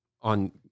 on